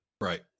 right